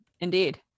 Indeed